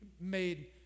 made